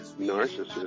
narcissist